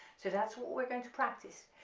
so that's what we're going to practice.